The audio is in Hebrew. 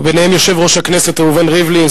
וביניהם יושב-ראש הכנסת ראובן ריבלין,